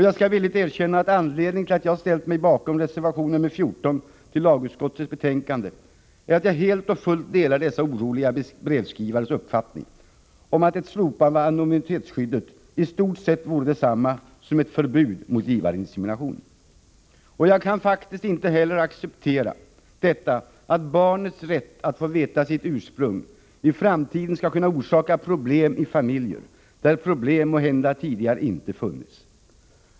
Jag skall villigt erkänna att anledningen till att jag ställt mig bakom reservation nr 14 till lagutskottets betänkande är att jag helt och fullt delar dessa oroliga brevskrivares uppfattning att ett slopande av anonymitetsskyddet i stort sett vore detsamma som ett förbud mot givarinsemination. Jag kan faktiskt inte heller acceptera att barnet skall ha rätt att få veta sitt ursprung. Detta skulle i framtiden kunna orsaka problem i familjer, där problem måhända tidigare inte funnits.